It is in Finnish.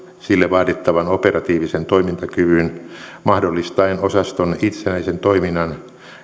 sille vaadittavan operatiivisen toimintakyvyn mahdollistaen osaston itsenäisen toiminnan